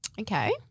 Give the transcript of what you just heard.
Okay